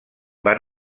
van